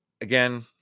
again